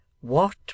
What